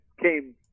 came